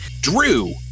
Drew